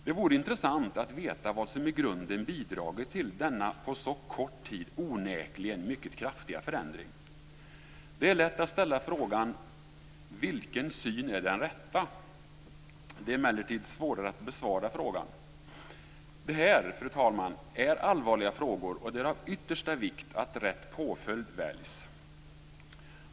Det vore intressant att veta vad som i grunden bidragit till denna på så kort tid onekligen mycket kraftiga förändring. Det är lätt att ställa frågan: Vilken syn är den rätta? Det är emellertid svårare att besvara frågan. Det här, fru talman, är allvarliga frågor, och det är av yttersta vikt att rätt påföljd väljs.